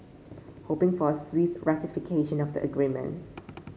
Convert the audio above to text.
hoping for a swift ratification of the agreement